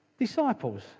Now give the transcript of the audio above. disciples